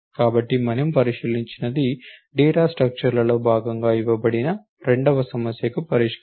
కాబట్టి మనం పరిశీలించినది డేటా స్ట్రక్చర్లలో భాగంగా ఇవ్వబడిన 2 వ సమస్యకు పరిష్కారం